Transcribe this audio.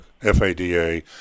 FADA